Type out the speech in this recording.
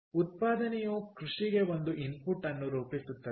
ಉತ್ಪಾದನೆಯು ಕೃಷಿಗೆ ಒಂದು ಇನ್ಪುಟ್ ಅನ್ನು ರೂಪಿಸುತ್ತದೆಯೇ